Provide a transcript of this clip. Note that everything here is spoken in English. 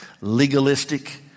legalistic